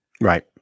right